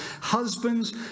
Husbands